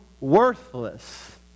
worthless